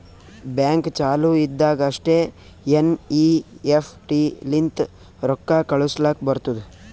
bank ಚಾಲು ಇದ್ದಾಗ್ ಅಷ್ಟೇ ಎನ್.ಈ.ಎಫ್.ಟಿ ಲಿಂತ ರೊಕ್ಕಾ ಕಳುಸ್ಲಾಕ್ ಬರ್ತುದ್